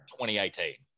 2018